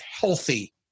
healthy